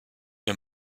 wir